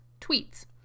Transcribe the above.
tweets